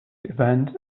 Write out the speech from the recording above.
event